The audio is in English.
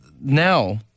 Now